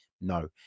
No